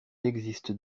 existe